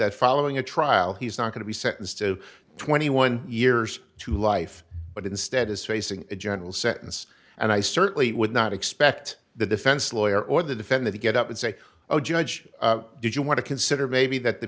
that following a trial he's not going to be sentenced to twenty one years to life but instead is facing a general sentence and i certainly would not expect the defense lawyer or the defender to get up and say oh judge did you want to consider maybe that the